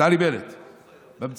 נפתלי בנט במציאות: